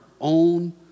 own